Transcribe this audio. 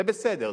זה בסדר,